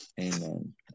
Amen